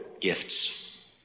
gifts